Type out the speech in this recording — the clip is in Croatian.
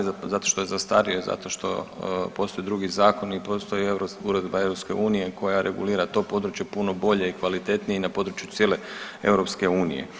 Zato što je zastario, zato što postoje drugi zakoni i postoji Uredba EU koja regulira to područje puno bolje i kvalitetnije i na području cijele EU.